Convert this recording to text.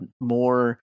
more